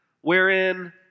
wherein